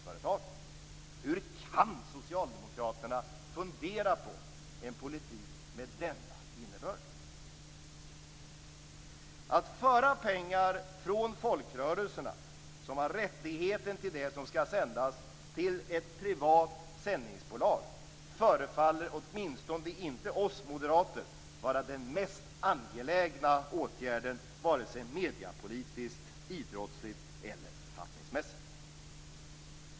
Hur kan socialdemokraterna fundera på en politik med denna innebörd? Att föra pengar från folkrörelserna, som har rättigheten till det som skall sändas, till ett privat sändningsbolag förefaller åtminstone inte oss moderater vara den mest angelägna åtgärden vare sig mediepolitiskt, idrottsligt eller författningsmässigt.